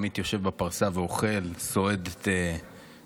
עמית יושב בפרסה ואוכל, סועד את קיבתו,